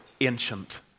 ancient